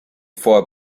for